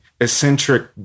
eccentric